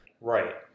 Right